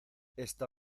esta